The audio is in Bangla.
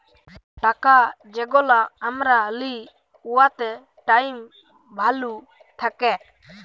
টাকা যেগলা আমরা লিই উয়াতে টাইম ভ্যালু থ্যাকে